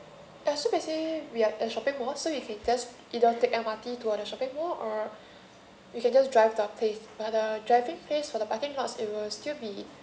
uh so basically we are at shopping mall so you can just either take M_R_T to uh the shopping mall or you can just drive to our place but the driving fees for the parking lot it will still be